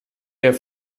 der